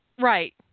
Right